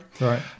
Right